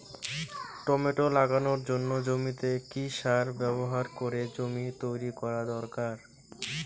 Tomato লাগানোর জন্য জমিতে কি সার ব্যবহার করে জমি তৈরি করা দরকার?